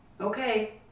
Okay